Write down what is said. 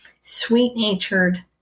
sweet-natured